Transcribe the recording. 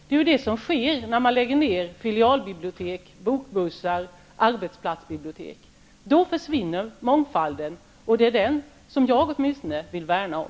Det är det som sker när man lägger ned filialbibliotek, bokbussar och arbetsplatsbibliotek. Då försvinner mångfalden. Det är den som åtminstone jag vill värna om.